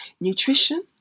Nutrition